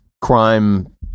crime